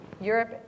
Europe